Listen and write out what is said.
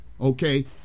Okay